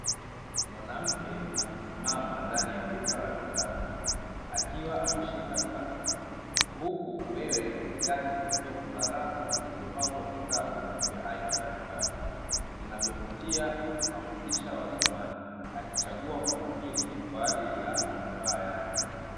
Mwanamke amesimama ndani ya duka la vitabu akiwa ameshika kapu huku mbele yake kukiwa kuna rafu zilizopangwa vitabu vya aina mbalimbali vinavyovuyia na kuhamasisha wasomaji akichagua kwa makini kwa ajili ya manufaa yake.